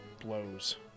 blows